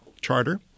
charter